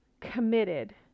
committed